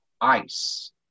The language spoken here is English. Ice